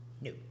No